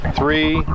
three